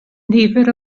nifer